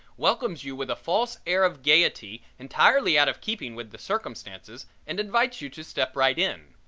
welcomes you with a false air of gaiety entirely out of keeping with the circumstances and invites you to step right in.